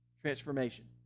transformation